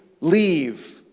leave